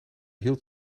hield